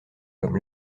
comme